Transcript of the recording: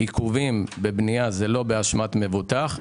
עיכובים בבנייה זה לא באשמת מבוטח.